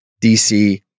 dc